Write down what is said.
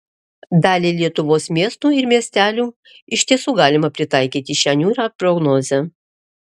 daliai lietuvos miestų ir miestelių iš tiesų galima pritaikyti šią niūrią prognozę